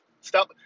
Stop